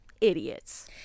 idiots